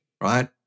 right